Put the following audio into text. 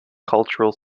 cultural